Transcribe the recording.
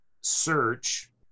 search